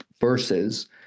versus